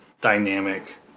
dynamic